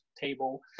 table